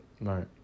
Right